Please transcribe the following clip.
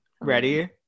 Ready